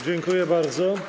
Dziękuję bardzo.